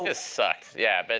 ah sucks, yeah. but